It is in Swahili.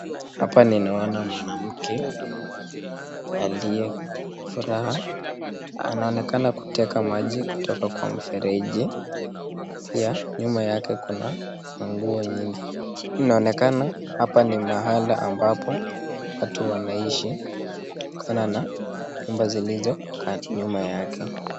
Hapa ninaona mwanamke aliyefuraha anaonekana kuteka maji kutoka kwa mfereji, pia nyuma yake kuna nguo nyingi, inaonekana hapa ni mahali ambapo watu wanaishi kutokana na nyumba zilizo katika nyuma yake.